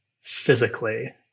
physically